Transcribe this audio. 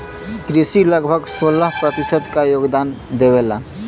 कृषि लगभग सोलह प्रतिशत क योगदान देवेला